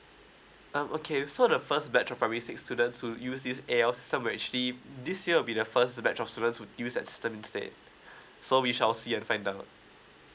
um okay so the first batch of primary six students will use this A_L system we'll actually this year will be the first batch of students would use that system instead so we shall see and find out